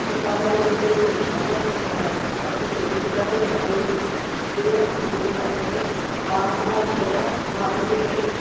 कृपा करे मुंहिंजो हीअ एड्रेस अ पतो चेंज करे ऐं ॿिए मुंहिंजे पते ते ॿावंजाह जी जॻह ॿानवे ते